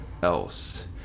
else